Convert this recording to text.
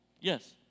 Yes